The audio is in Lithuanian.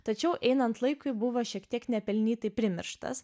tačiau einant laikui buvo šiek tiek nepelnytai primirštas